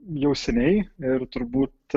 jau seniai ir turbūt